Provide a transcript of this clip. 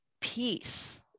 peace